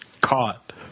Caught